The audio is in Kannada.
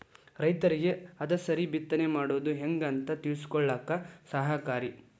ರೈತರಿಗೆ ಹದಸರಿ ಬಿತ್ತನೆ ಮಾಡುದು ಹೆಂಗ ಅಂತ ತಿಳಕೊಳ್ಳಾಕ ಸಹಾಯಕಾರಿ